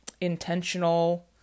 intentional